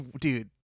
dude